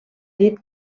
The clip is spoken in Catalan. dit